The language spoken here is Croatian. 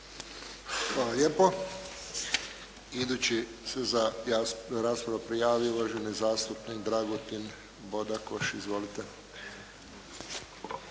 Hvala lijepo. Idući se za raspravu prijavio gospodin zastupnik Dragutin Bodakoš. Izvolite.